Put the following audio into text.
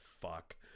Fuck